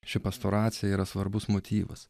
ši pastoracija yra svarbus motyvas